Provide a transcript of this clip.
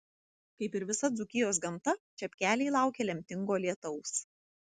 kaip ir visa dzūkijos gamta čepkeliai laukia lemtingo lietaus